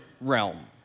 realm